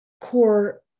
core